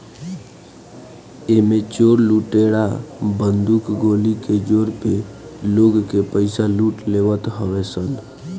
एमे चोर लुटेरा बंदूक गोली के जोर पे लोग के पईसा लूट लेवत हवे सन